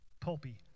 Pulpy